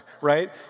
right